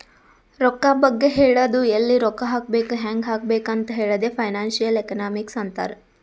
ರೊಕ್ಕಾ ಬಗ್ಗೆ ಹೇಳದು ಎಲ್ಲಿ ರೊಕ್ಕಾ ಹಾಕಬೇಕ ಹ್ಯಾಂಗ್ ಹಾಕಬೇಕ್ ಅಂತ್ ಹೇಳದೆ ಫೈನಾನ್ಸಿಯಲ್ ಎಕನಾಮಿಕ್ಸ್ ಅಂತಾರ್